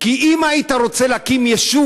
כי אם היית רוצה להקים יישוב,